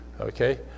okay